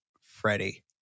Freddie